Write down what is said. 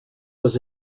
was